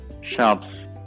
shops